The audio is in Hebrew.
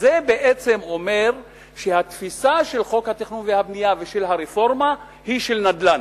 וזה בעצם אומר שהתפיסה של חוק התכנון והבנייה ושל הרפורמה היא של נדל"ן.